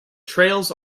trails